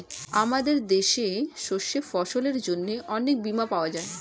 আমাদের দেশে শস্য ফসলের জন্য অনেক বীমা পাওয়া যায়